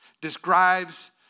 describes